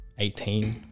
18